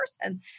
person